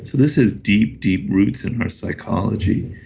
this is deep, deep roots in our psychology.